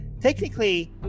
technically